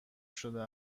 شده